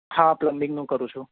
હા પ્લમ્બિંગનું કરું છું